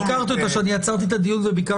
עד כדי כך לא הכרתי אותה שאני עצרתי את הדיון וביקשתי